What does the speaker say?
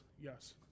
yes